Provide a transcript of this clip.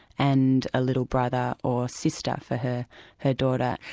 and a little brother or sister for her her daughter.